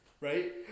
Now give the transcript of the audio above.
right